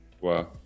Wow